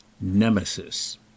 NEMESIS